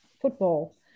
football